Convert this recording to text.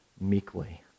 meekly